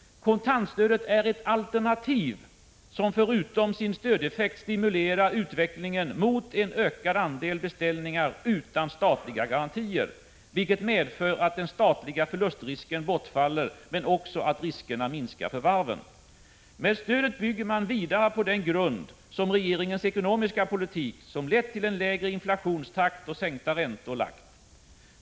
Kontantstödet är ett alternativ. Förutom att det har en stödeffekt stimulerar det också utvecklingen mot en ökad andel beställningar utan statliga garantier, vilket medför att den statliga förlustrisken bortfaller men också att riskerna minskar för varven. Med detta stöd bygger man vidare på den grund som regeringen med sin ekonomiska politik har lagt, vilken har lett till en lägre inflationstakt och sänkta räntor.